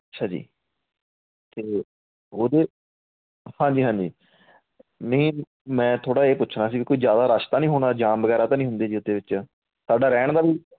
ਅੱਛਾ ਜੀ ਅਤੇ ਉਹਦੇ ਹਾਂਜੀ ਹਾਂਜੀ ਨਹੀਂ ਮੈਂ ਥੋੜ੍ਹਾ ਇਹ ਪੁੱਛਣਾ ਸੀ ਵੀ ਕੋਈ ਜ਼ਿਆਦਾ ਰਸ਼ ਤਾਂ ਨਹੀਂ ਹੋਣਾ ਜਾਮ ਵਗੈਰਾ ਤਾਂ ਨਹੀਂ ਜੀ ਉਹਦੇ ਵਿੱਚ ਸਾਡਾ ਰਹਿਣ ਦਾ ਵੀ